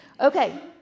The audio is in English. Okay